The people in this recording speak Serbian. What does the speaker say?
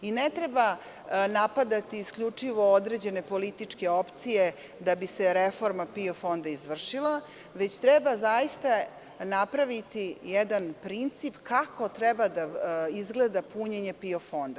Ne treba napadati isključivo određene političke opcije da bi se reforma PIO fonda izvršila, već treba napraviti jedan princip kako treba da izgleda punjenje PIO fonda.